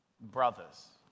brothers